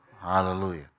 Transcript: Hallelujah